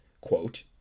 quote